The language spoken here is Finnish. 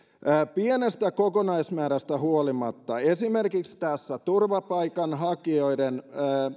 pienestä kokonaismäärästä huolimatta esimerkiksi tällä turvapaikanhakijoiden